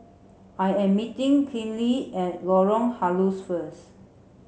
I am meeting Kinley at Lorong Halus first